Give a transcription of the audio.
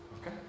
Okay